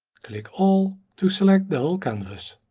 click all, to select the whole canvas.